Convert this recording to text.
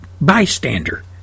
bystander